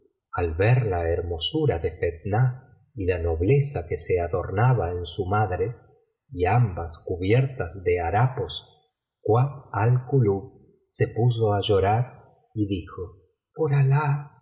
al ver la hermosura de fetnah y la nobleza que se adornaba en su madre y ambas cubiertas de harapos kuat al kulub se puso á llorar y dijo